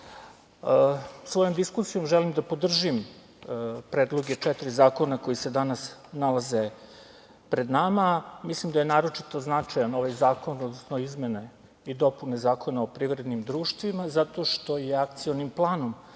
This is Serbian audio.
svojom diskusijom želim da podržim predloge četiri zakona koji se danas nalaze pred nama. Mislim da je naročito značaj ovaj zakon, odnosno izmene i dopune Zakona o privrednim društvima, zašto što je Akcionim planom